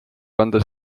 kanda